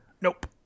Nope